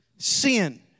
sin